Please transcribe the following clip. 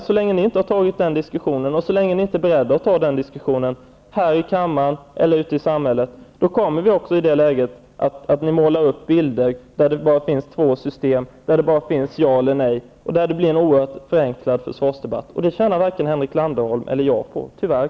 Så länge ni inte är beredda att ta den diskussionen här i kammaren eller ute i samhället, kommer ni att måla upp en bild med bara två system, där det handlar om ja eller nej, och det blir en oerhört förenklad försvarsdebatt. Det tjänar varken Henrik Landerholm eller jag på, tyvärr.